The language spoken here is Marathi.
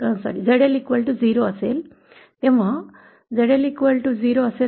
तेव्हा जेव्हा ZL 0 असेल